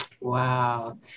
Wow